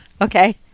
okay